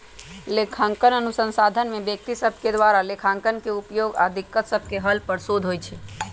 लेखांकन अनुसंधान में व्यक्ति सभके द्वारा लेखांकन के उपयोग आऽ दिक्कत सभके हल पर शोध होइ छै